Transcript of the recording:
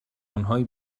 آنهایی